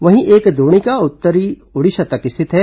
वहीं एक द्रोणिका उत्तरी ओडिशा तक स्थित है